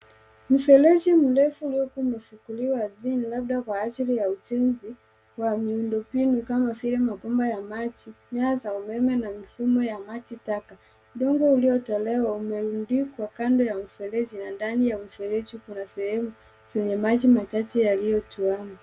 Mfereji mrefu uliyokuwa umefukuliwa ardhini labda kwa ajili ya ujenzi wa miundo mbinu kama vile mabomba ya maji, nyaya za umeme na mifumo ya maji taka. Udongo uliotolewa umerundikwa kando ya mifereji na ndani ya mfereji kuna sehemu zenye maji machache yaliyotuama.